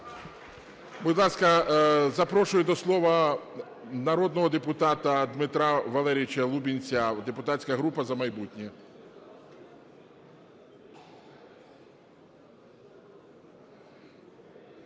Будь ласка, запрошую до слова народного депутата Дмитра Валерійовича Лубінця, депутатська група "За майбутнє".